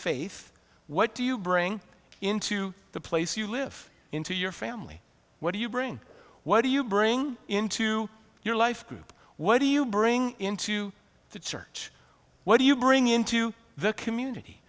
faith what do you bring into the place you live in to your family what do you bring what do you bring into your life group what do you bring into the church what do you bring into the community